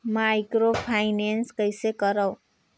Microfinance कइसे करव?